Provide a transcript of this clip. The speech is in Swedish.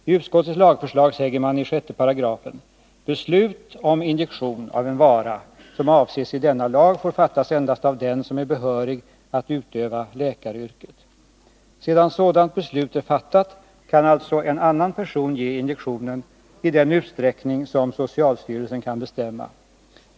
I utskottets lagförslag sägs i 6§: ”Beslut om injektion av en vara som avses i denna lag får fattas endast av den som är behörig att utöva läkaryrket.” Sedan sådant beslut är fattat kan alltså annan person ge injektionen i den utsträckning som socialstyrelsen bestämmer.